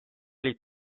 liit